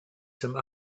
some